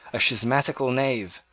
a schismatical knave,